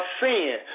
sin